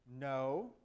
No